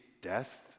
death